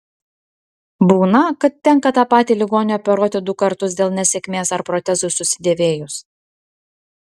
būna kad tenka tą patį ligonį operuoti du kartus dėl nesėkmės ar protezui susidėvėjus